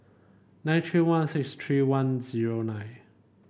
nine three one six three one zero nine